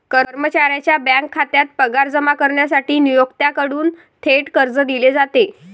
कर्मचाऱ्याच्या बँक खात्यात पगार जमा करण्यासाठी नियोक्त्याकडून थेट कर्ज दिले जाते